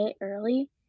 early